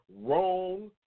wrong